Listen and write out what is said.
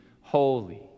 holy